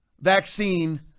vaccine